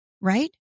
Right